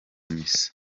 misa